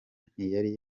ntiyari